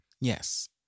Yes